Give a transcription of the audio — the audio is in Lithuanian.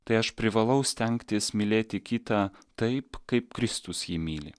tai aš privalau stengtis mylėti kitą taip kaip kristus jį myli